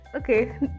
Okay